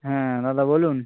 হ্যাঁ দাদা বলুন